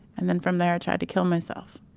and then, from there, trying to kill myself.